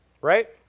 Right